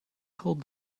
called